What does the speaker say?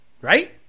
right